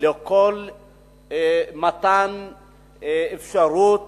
לכל מתן אפשרות